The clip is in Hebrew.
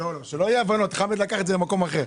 אי הבנות, חמד לקח את זה למקום אחר.